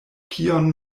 kion